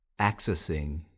accessing